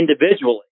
individually